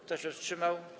Kto się wstrzymał?